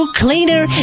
cleaner